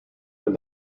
than